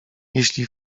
jeśli